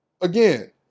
Again